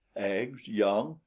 eggs, young,